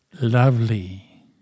Lovely